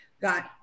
got